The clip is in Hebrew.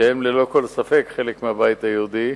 שהם ללא כל ספק חלק מהבית היהודי,